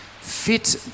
fit